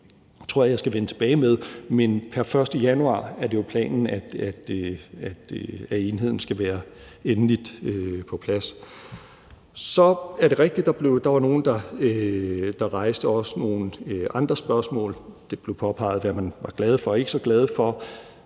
tror jeg jeg skal vende tilbage med, men pr. 1. januar er det jo planen at enheden skal være endeligt på plads. Så er det rigtigt, at der var nogle, der rejste nogle andre spørgsmål. Det blev påpeget, hvad man var glad for, og hvad man ikke var så glad for.